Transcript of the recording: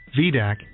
VDAC